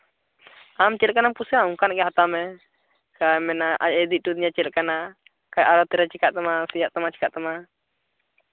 ᱟᱢ ᱪᱮᱫᱞᱮᱠᱟᱱᱟᱜᱼᱮᱢ ᱠᱩᱥᱤᱭᱟᱜᱼᱟ ᱚᱝᱠᱟᱱᱟᱜ ᱜᱮ ᱦᱟᱛᱟᱣ ᱢᱮ ᱦᱮᱸ ᱢᱟᱱᱮ ᱟᱡᱼᱮ ᱤᱫᱤ ᱦᱚᱴᱚᱣᱟᱫᱤᱧᱟ ᱪᱮᱫᱞᱮᱠᱟᱱᱟᱜ ᱚᱠᱟ ᱟᱲᱚᱛ ᱨᱮ ᱪᱮᱠᱟᱜ ᱛᱟᱢᱟ ᱥᱮᱭᱟᱜ ᱛᱟᱢᱟ ᱪᱮᱠᱟᱜ ᱛᱟᱢᱟ